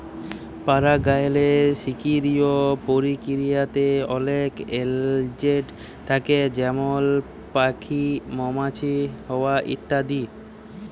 পারাগায়লের সকিরিয় পরকিরিয়াতে অলেক এজেলট থ্যাকে যেমল প্যাখি, মমাছি, হাওয়া ইত্যাদি